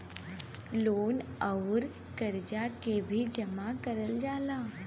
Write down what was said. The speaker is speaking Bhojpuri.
लोन अउर करजा के भी जमा करल जाला